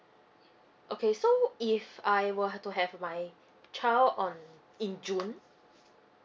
okay so if I were have to have my child on in june